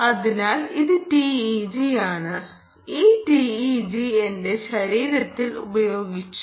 അതിനാൽ ഇത് TEG ആണ് ഈ TEG എന്റെ ശരീരത്തിൽ പ്രയോഗിച്ചു